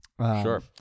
sure